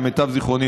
למיטב זיכרוני,